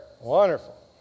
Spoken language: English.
Wonderful